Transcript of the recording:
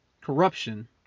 corruption